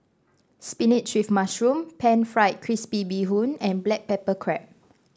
spinach with mushroom pan fried crispy Bee Hoon and Black Pepper Crab